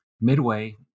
Midway